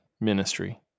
ministry